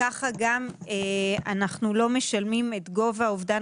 כך גם אנחנו לא משלמים את גובה אובדן